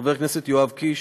חבר הכנסת יואב קיש,